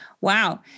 Wow